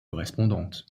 correspondantes